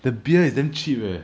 the beer is damn cheap eh